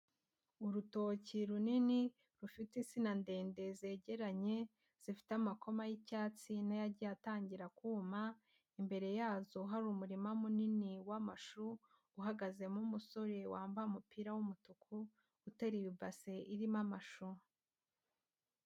Urutoki runini, rufite insina ndende zegeranye, zifite amakoma y'icyatsi n'ayagiye atangira kuma, imbere yazo hari umurima munini w'amashu, uhagazemo umusore wambaye umupira w'umutuku, uteruye ibase irimo amashu.